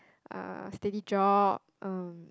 uh steady job um